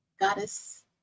Goddess